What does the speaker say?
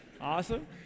Awesome